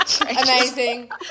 Amazing